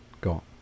got